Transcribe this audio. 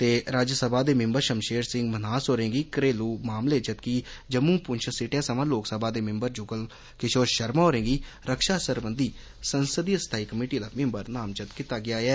ते राज्यसभा दे मिम्बर शमशेर सिंह मन्हास होरें गी घरेलू मामलें जदकि जम्मू पुंछ सीटै सवां लोकसभा दे मिम्बर जुगल किशोर शर्मा होरें गी रक्षा सरबंधी संसदीय स्थाई कमेटी दा मिम्बर नामजद कीता गेया ऐ